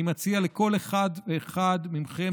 אני מציע לכל אחד ואחד מכם,